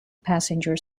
passenger